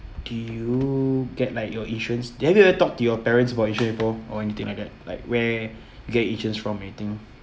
do you get like your insurance do you ever talk to your parents about insurance bro or anything like that like where to get insurance from or anything